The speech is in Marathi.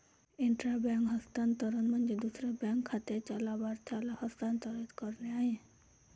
इंट्रा बँक हस्तांतरण म्हणजे दुसऱ्या बँक खात्याच्या लाभार्थ्याला हस्तांतरित करणे आहे